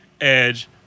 edge